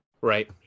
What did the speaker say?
right